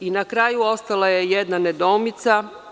Na kraju, ostala je jedna nedoumica.